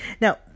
Now